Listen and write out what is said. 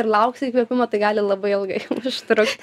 ir lauksi įkvėpimo tai gali labai ilgai užtrukt